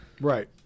Right